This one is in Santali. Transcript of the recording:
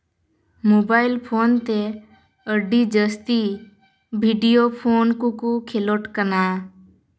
ᱢᱳᱵᱟᱭᱤᱞ ᱯᱷᱳᱱᱛᱮ ᱟᱹᱰᱤ ᱡᱟᱹᱥᱛᱤ ᱵᱷᱤᱰᱤᱭᱳ ᱯᱷᱳᱱ ᱠᱚᱠᱚ ᱠᱷᱮᱞᱳᱰ ᱠᱟᱱᱟ